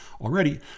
already